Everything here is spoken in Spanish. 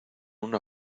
una